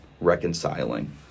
reconciling